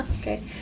Okay